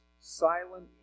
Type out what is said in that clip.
silent